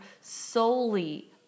solely